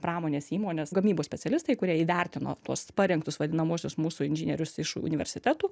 pramonės įmonės gamybos specialistai kurie įvertino tuos parengtus vadinamuosius mūsų inžinierius iš universitetų